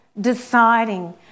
deciding